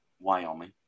Wyoming